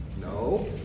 No